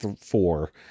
four